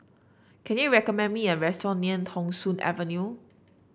can you recommend me a restaurant near Thong Soon Avenue